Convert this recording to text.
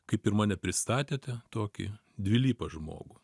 kaip ir mane pristatėte tokį dvilypą žmogų